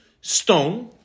stone